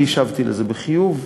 השבתי על זה בחיוב.